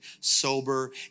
sober